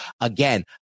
again